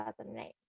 2008